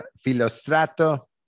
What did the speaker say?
Filostrato